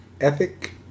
ethic